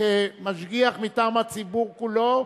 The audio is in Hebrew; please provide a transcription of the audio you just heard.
כמשגיח מטעם הציבור כולו